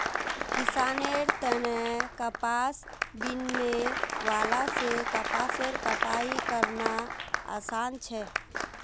किसानेर तने कपास बीनने वाला से कपासेर कटाई करना आसान छे